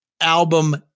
album